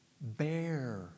Bear